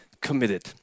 committed